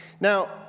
Now